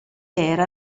era